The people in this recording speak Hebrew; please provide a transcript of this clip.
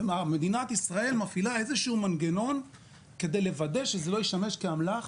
מדינת ישראל מפעילה איזה שהוא מנגנון כדי לוודא שזה לא ישמש כאמל"ח